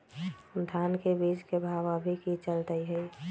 धान के बीज के भाव अभी की चलतई हई?